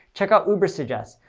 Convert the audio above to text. check out ubersuggest.